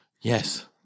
yes